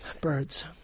birds